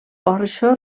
porxo